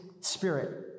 spirit